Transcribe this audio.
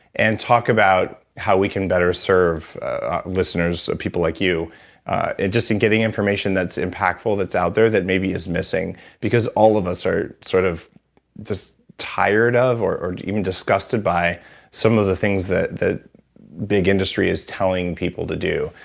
and talk about how we can better serve listeners, people like you, in just in getting information that's impactful that's out there that maybe is missing because all of us are sort of just tired of or or even disgusted by some of the things that big industry is telling people to do.